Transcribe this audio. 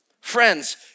Friends